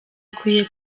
akwiye